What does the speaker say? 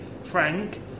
Frank